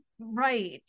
right